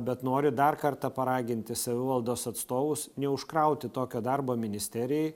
bet noriu dar kartą paraginti savivaldos atstovus neužkrauti tokio darbo ministerijai